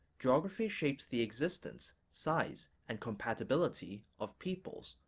geography shapes the existence, size, and compatibility of peoples,